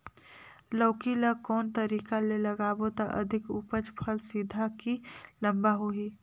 लौकी ल कौन तरीका ले लगाबो त अधिक उपज फल सीधा की लम्बा होही?